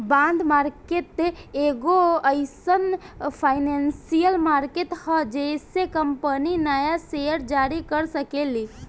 bond market एगो एईसन financial market ह जेइसे कंपनी न्या सेयर जारी कर सकेली